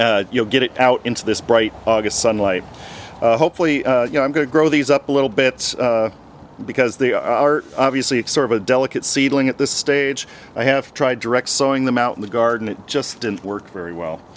and you'll get it out into this bright august sunlight hopefully you know i'm going to grow these up a little bit because they are obviously it's sort of a delicate seedling at this stage i have tried direct sowing them out in the garden it just didn't work very well